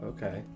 Okay